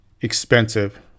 expensive